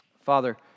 Father